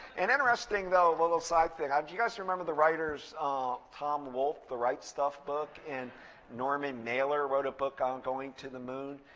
an interesting, though, little side thing, um do you guys remember the writers tom wolfe, the right stuff book, and norman mailer wrote a book on going to the moon?